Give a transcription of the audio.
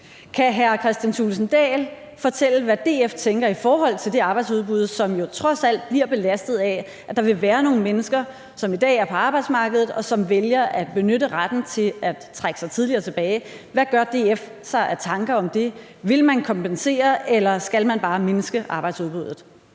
Kan hr. Kristian Thulesen Dahl fortælle, hvad DF tænker i forhold til det arbejdsudbud, som jo trods alt bliver belastet af, at der vil være nogle mennesker, som i dag er på arbejdsmarkedet, og som vælger at benytte retten til at trække sig tidligere tilbage? Hvad gør DF sig af tanker om det? Vil man kompensere, eller skal arbejdsudbuddet